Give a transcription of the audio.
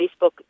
Facebook